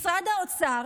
משרד האוצר